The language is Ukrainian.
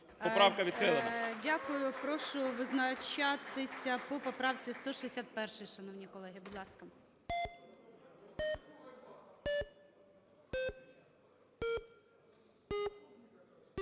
Дякую. Прошу визначатися по поправці 161, шановні колеги.